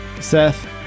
Seth